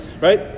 right